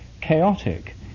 chaotic